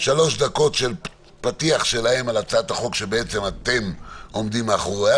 שלוש דקות של פתיח שלהם על הצעת החוק שבעצם אתם עומדים מאחוריה,